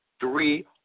three